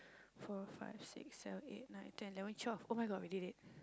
four five six seven eight nine ten eleven twelve oh-my-god we did it